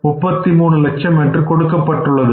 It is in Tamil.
33 லட்சம் என்று கொடுக்கப்பட்டுள்ளது